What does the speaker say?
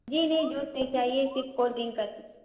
جی نہیں جوس نہیں چاہیے صرف کول ڈرنک کر دیجیے